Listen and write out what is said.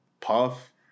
Puff